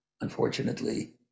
unfortunately